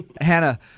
Hannah